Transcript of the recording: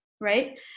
right